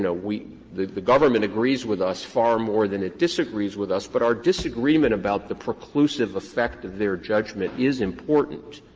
we the the government agrees with us far more than it disagrees with us, but our disagreement about the preclusive effect of their judgment is important.